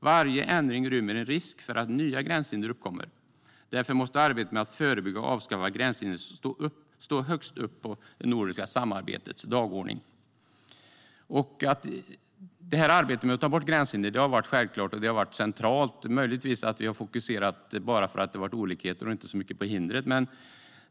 Varje ändring rymmer en risk för att nya gränshinder uppkommer. Därför måste arbetet med att förebygga och avskaffa gränshinder stå högt upp på det nordiska samarbetets dagordning." Arbetet med att ta bort gränshinder har varit självklart och centralt. Möjligtvis har vi fokuserat på det bara för att det har varit olikheter och inte alltid så mycket hinder.